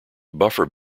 buffer